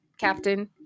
Captain